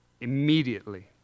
immediately